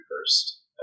first